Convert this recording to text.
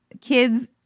kids